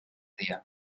dia